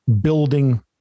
building